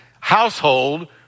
household